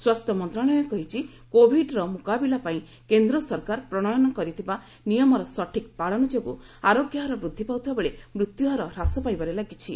ସ୍ୱାସ୍ଥ୍ୟ ମନ୍ତ୍ରଣାଳୟ କହିଛି କୋବିଡର ମୁକାବିଲା ପାଇଁ କେନ୍ଦ୍ର ସରକାର ପ୍ରଶୟନ କରିଥିବା ନିୟମର ସଠିକ୍ ପାଳନ ଯୋଗୁଁ ଆରୋଗ୍ୟ ହାର ବୃଦ୍ଧି ପାଉଥିବା ବେଳେ ମୃତ୍ୟୁହାର ହ୍ରାସ ପାଇବାରେ ଲାଗିଛି